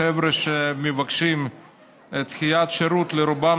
החבר'ה שמבקשים דחיית שירות הם רובם